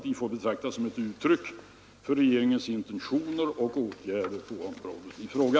De får betraktas såsom ett uttryck för regeringens intentioner och åtgärder på området i fråga.